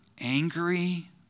angry